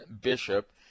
Bishop